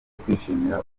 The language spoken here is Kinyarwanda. ukwishimira